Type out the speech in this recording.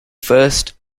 first